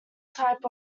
type